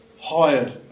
hired